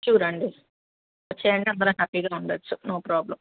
sure అండి వచ్చేయండి అందరం హ్యాపీగా ఉండచ్చు నో ప్రాబ్లమ్